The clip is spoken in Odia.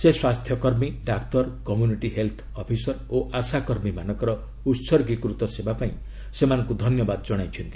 ସେ ସ୍ୱାସ୍ଥ୍ୟକର୍ମୀ ଡାକ୍ତର କମ୍ୟୁନିଟି ହେଲ୍ଥ୍ ଅଫିସର୍ ଓ ଆଶାକର୍ମୀମାନଙ୍କର ଉହର୍ଗୀକୃତ ସେବାପାଇଁ ସେମାନଙ୍କୁ ଧନ୍ୟବାଦ ଜଣାଇଛନ୍ତି